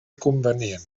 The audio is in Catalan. convenient